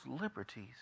liberties